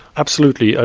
absolutely, ah